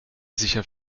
sicher